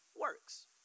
works